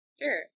Sure